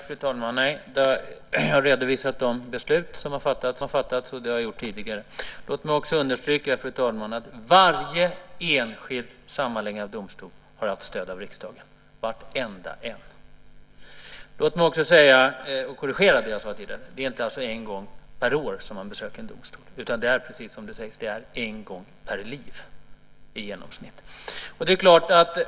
Fru talman! Jag har redovisat de beslut som har fattats, och det har jag gjort tidigare. Låt mig också understryka att varje enskild sammanläggning av domstolar har haft stöd av riksdagen, varenda en. Låt mig också korrigera det jag sade tidigare. Det är inte en gång per år som man besöker en domstol utan det är, precis som sägs, i genomsnitt en gång i livet.